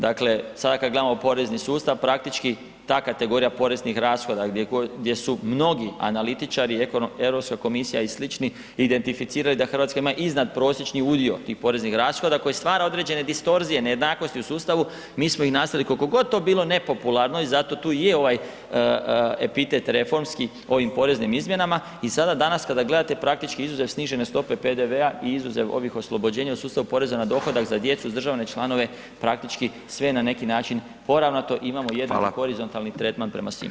Dakle, sad kad gledamo porezni sustav, praktički ta kategorija poreznih rashoda gdje su mnogi analitičari, Europska komisija i sl. identificirali da Hrvatska ima iznad prosječni udio tih poreznih rashoda koji stvara određene distorzije, nejednakosti u sustavu, mi smo ih nastojali koliko god to bilo nepopularno i zato tu i je ovaj epitet reformski ovim poreznim izmjenama i sada danas kada gledate praktički izuzev snižene stope PDV-a i izuzev ovih oslobođenja u sustavu poreza na dohodak za djecu i uzdržavane članove, praktički sve je na neki način poravnato i imamo jedan horizontalni tretman prema svima.